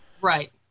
right